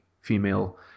female